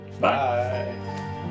bye